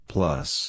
Plus